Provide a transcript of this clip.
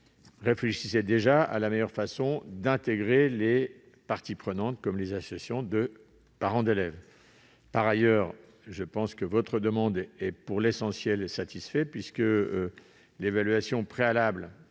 réfléchissait déjà à la meilleure façon d'intégrer les parties prenantes, notamment les associations de parents d'élèves. Par ailleurs, votre demande me semble en partie satisfaite, puisque l'évaluation préalable